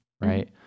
right